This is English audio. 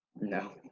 No